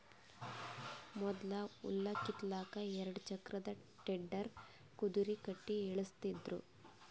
ಮೊದ್ಲ ಹುಲ್ಲ್ ಕಿತ್ತಲಕ್ಕ್ ಎರಡ ಚಕ್ರದ್ ಟೆಡ್ಡರ್ ಕುದರಿ ಕಟ್ಟಿ ಎಳಸ್ತಿದ್ರು